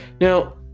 Now